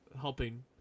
helping